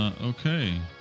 Okay